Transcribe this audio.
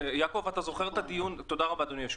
אדוני היושב-ראש, תודה רבה.